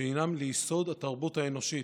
שהם יסוד התרבות האנושית.